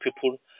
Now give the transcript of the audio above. people